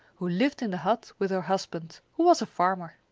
who lived in the hut with her husband, who was a farmer.